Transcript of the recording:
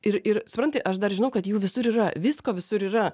ir ir supranti aš dar žinau kad jų visur yra visko visur yra